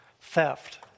theft